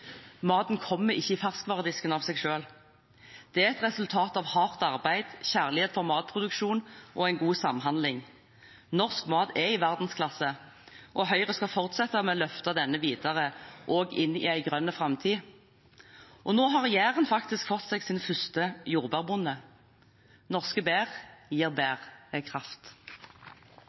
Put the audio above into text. Maten kommer ikke i ferskvaredisken av seg selv. Det er et resultat av hardt arbeid, kjærlighet for matproduksjon og en god samhandling. Norsk mat er i verdensklasse, og Høyre skal fortsette med å løfte denne videre også inn i en grønn framtid. Nå har Jæren faktisk fått seg sin første jordbærbonde. Norske bær gir